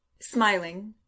Smiling